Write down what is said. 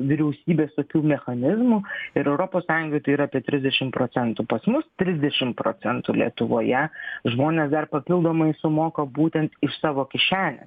vyriausybės tokių mechanizmų ir europos sąjungai tai yra apie trisdešim procentų pas mus trisdešim procentų lietuvoje žmonės dar papildomai sumoka būtent iš savo kišenės